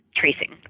tracing